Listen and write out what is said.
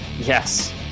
Yes